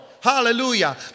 Hallelujah